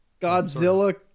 Godzilla